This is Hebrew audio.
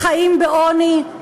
חיים בעוני.